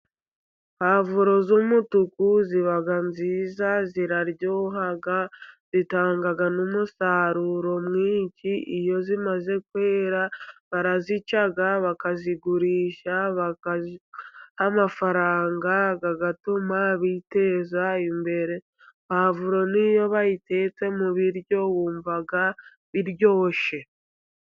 Pavuro z'umutuku ziba nziza ziraryoha zitanga n'umusaruro mwinshi ,iyo zimaze kwera barazica bakazigurisha bakaziha amafaranga atuma biteza imbere, pavuro n'iyo bayitetse mu biryo wumva biryoshye.